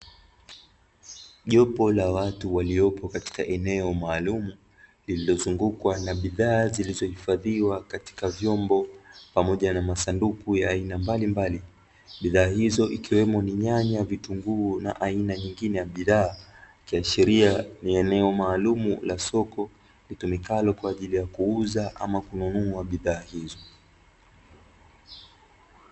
Jopo la watu waliopo katika eneo maalumu lililozungukwa na bidhaa zilizohifadhiwa katika vyombo pamoja na masanduku ya aina mbalimbali. Bidhaa hizo ikiwemo ni nyanya, vitunguu na aina nyingine ya bidhaa ikiashiria ni eneo maalumu la soko litumikalo kwa ajili ya kuuza ama kununua bidhaa hizo.